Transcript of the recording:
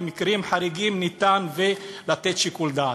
במקרים חריגים אפשר לתת שיקול דעת?